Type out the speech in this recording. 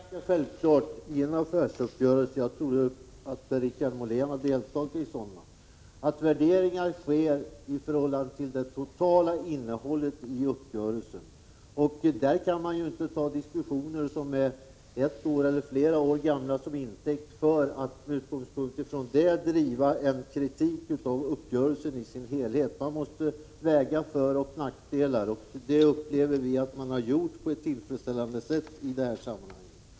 Herr talman! Det är ganska självklart att man vid en affärsuppgörelse — jag tror nog att även Per-Richard Molén har deltagit i affärsuppgörelser — gör sådana värderingar som innebär att man tar hänsyn till det totala innehållet i uppgörelsen. Då kan man inte ta upp diskussioner och frågor som är ett eller två år gamla och med utgångspunkt däri kritisera uppgörelsen i dess helhet. Man måste väga fördelar och nackdelar mot varandra, och vi anser att man i detta sammanhang har gjort det på ett tillfredsställande sätt.